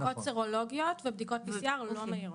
בדיקות סרולוגיות ובדיקות PCR, לא מהירות.